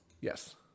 Yes